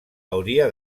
hauria